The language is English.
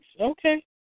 Okay